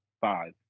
five